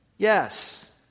Yes